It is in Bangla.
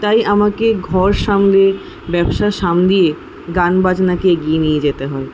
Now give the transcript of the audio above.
তাই আমাকে ঘর সামলে ব্যবসা সামলিয়ে গান বাজনাকে এগিয়ে নিয়ে যেতে হয়